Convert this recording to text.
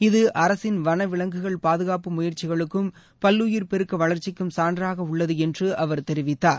இது அரசின் வனவிலங்குகள் பாதுகாப்பு முயற்சிகளுக்கும் பல்லுயிர் பெருக்க வளர்ச்சிக்கும் சான்றாக உள்ளது என்று அவர் தெரிவித்தார்